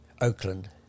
Oakland